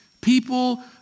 people